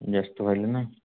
जास्त व्हायलं ना